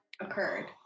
occurred